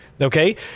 okay